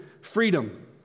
freedom